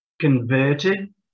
converted